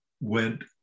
went